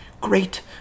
great